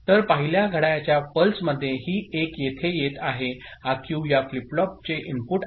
तर पहिल्या घड्याळाच्या पल्समध्ये ही 1 येथे येत आहे हा क्यू या फ्लिप फ्लॉपचे इनपुट आहे